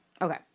okay